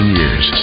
years